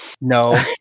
No